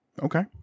Okay